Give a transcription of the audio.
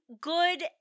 good